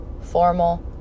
formal